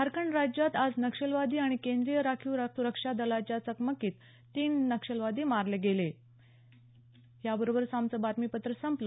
झारखंड राज्यात आज नक्षलवादी आणि केंद्रीय राखीव सुरक्षा दलाच्या चकमकीत तीन नक्षलवादी मारले गेले तर एका सैनिकाला वीरमरण आलं